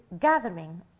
gathering